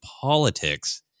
politics